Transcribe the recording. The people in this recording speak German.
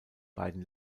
beiden